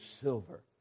silver